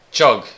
Chug